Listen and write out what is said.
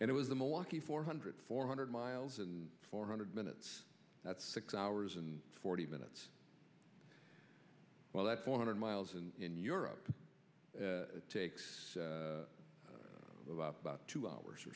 and it was the malaki four hundred four hundred miles and four hundred minutes that's six hours and forty minutes well that's four hundred miles and in europe takes about two hours or